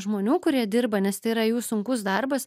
žmonių kurie dirba nes tai yra jų sunkus darbas